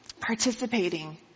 Participating